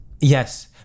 yes